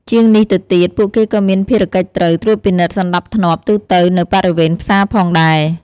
ជាងនេះទៅទៀត ពួកគេក៏មានភារកិច្ចត្រូវ ត្រួតពិនិត្យសណ្តាប់ធ្នាប់ ទូទៅនៅបរិវេណផ្សារផងដែរ។